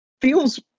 feels